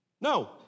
No